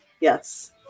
Yes